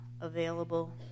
available